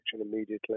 immediately